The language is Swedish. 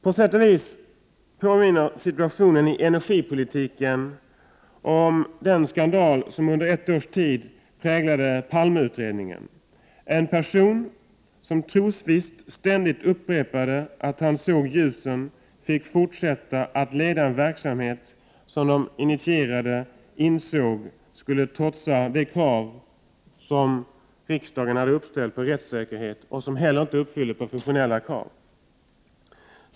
På sätt och vis påminner situationen i energipolitiken om den skandal som under ett års tid präglade Palmeutredningen. En person, som trosvisst ständigt upprepade att han såg ljusen, fick fortsätta att leda en verksamhet som de initierade insåg skulle trotsa de krav som riksdagen hade uppställt på rättssäkerhet och som inte heller uppfyllde professionella krav.